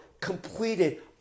completed